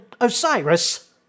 Osiris